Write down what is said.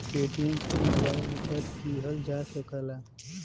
Paytm से mobile recharge किहल जा सकला